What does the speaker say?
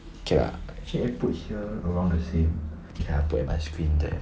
K lah actually I put here around the same K lah I put at my screen there